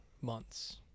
months